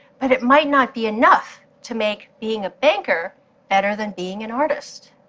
but it might not be enough to make being a banker better than being an artist.